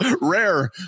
Rare